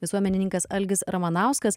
visuomenininkas algis ramanauskas